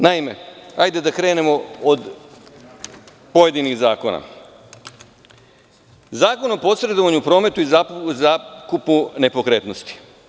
Naime, hajde da krenemo od pojedinih zakona, Zakon o posredovanju u prometu i zakupu nepokretnosti.